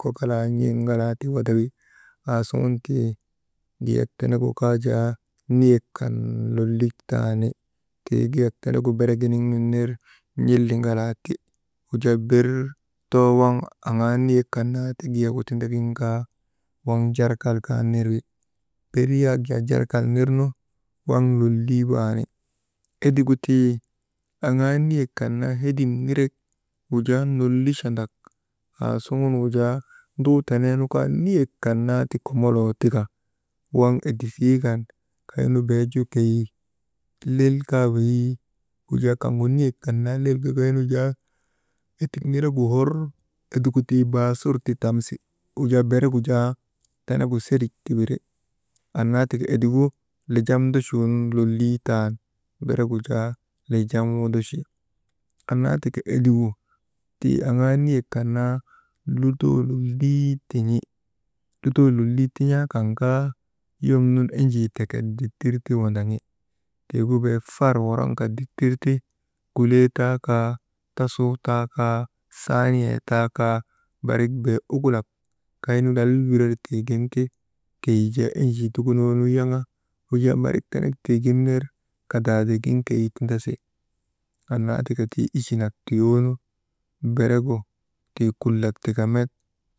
Kokalaa n̰iŋgalaa ti wadawi. Aasuŋun tii giyak tenegu kaa jaa niyek kan lollik taani, tii giyak tenegu berginiŋ nun ner n̰iliŋalaa ti. Wujaa ber too waŋ aŋaa niyek kan naa ti giyagu tindagin kaa, waŋ jarkal kaa nir wi ber yak jaa jarkal nirnu waŋ lolii waani, edigu tii aŋaa niyek kan naa lolli hedim nirek wujaa nollichanadak, asuŋun wujaa nduu tenee nu kaa niyek kan naati konoloo tika waŋ edisii kan kaynubeeju keyi lell kaa weyii wujaa kaŋgu niyek kan naa lell gagaynu jaa edik nenegu hor edigu tii baasur ti tamsi, wujaa beregu jaa tenegu serik ti wiri, annaa ti ka edigu lijan ndochuunu lollii taani, beregu jaa ligan wondochi, annaa ti ka edigu ti aŋgaa niyek kan naa lutoo lollii tin̰I, lutoo lollii tin̰aa kan kaa wom nun ejii tekek ditir ti wandaŋi, tigu bee far woroŋka ditirti gulee taakaa, tasuu taakaa saaniyee taakaa, barik bee ugulak kay lall wirer tiigin ti keyi jaa ejii tukunoonu yaŋa wajaa barik tenek tii gin ner kadaadigin keyi tindasi, annaa tika tii ichi nak tiyoonu beregu tii kulak tika met.